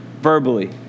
verbally